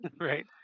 Right